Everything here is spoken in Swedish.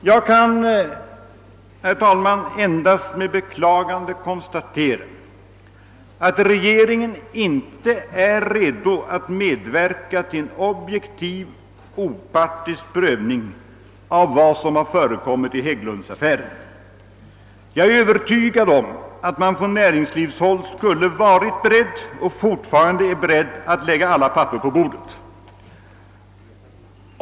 Jag kan, herr talman, endast med beklagande konstatera att regeringen inte är redo att medverka till en objektiv, opartisk prövning av vad som har förekommit i Hägglundsaffären. Jag är övertygad om att man från näringslivshåll skulle varit beredd och fortfarande är beredd att lägga alla papper på bordet.